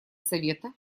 совета